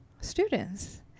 students